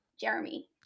jeremy